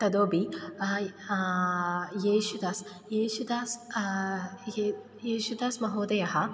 ततोपि येषुदासः येषुदासः ये येषुदासमहोदयः